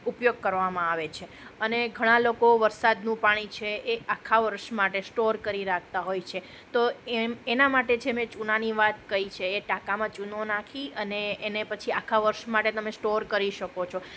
ઉપયોગ કરવામાં આવે છે અને ઘણા લોકો વરસાદનું પાણી છે એ આખા વર્ષ માટે સ્ટોર કરી રાખતા હોય છે તો એમ એના માટે છે મેં ચૂનાની વાત કઈ છે એ ટાંકામાં ચૂનો નાખી અને એને પછી આખા વર્ષ માટે તમે સ્ટોર કરી શકો છો